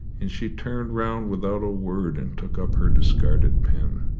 and she turned round without a word and took up her discarded pen.